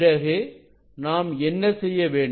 பிறகு நாம் என்ன செய்ய வேண்டும்